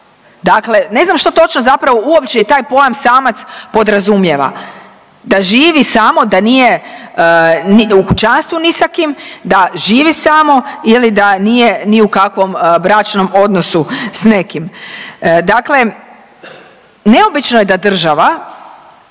Dakle, ne znam što točno zapravo uopće i taj pojam samac podrazumijeva. Da živo samo, da nije ni u kućanstvu ni sa kim, da živi samo ili da nije ni u kakvom bračnom odnosu s nekim. Dakle, neobično je da država